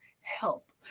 help